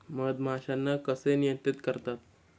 मधमाश्यांना कसे नियंत्रित करतात?